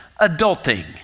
adulting